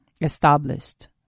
established